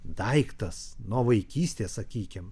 daiktas nuo vaikystės sakykim